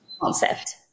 concept